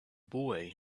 boy